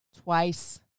twice